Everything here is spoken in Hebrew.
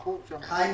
ביקש להתייחס?